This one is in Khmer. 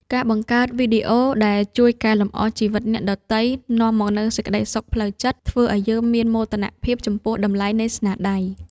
ការបង្កើតវីដេអូដែលជួយកែលម្អជីវិតអ្នកដទៃនាំមកនូវសេចក្ដីសុខផ្លូវចិត្ត និង ធ្វើឱ្យយើងមានមោទនភាពចំពោះតម្លៃនៃស្នាដៃ។